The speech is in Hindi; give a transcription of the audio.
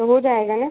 तो हो जाएगा ना